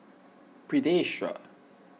pediasure